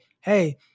hey